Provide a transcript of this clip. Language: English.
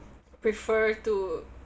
prefer to